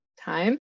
time